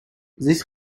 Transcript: this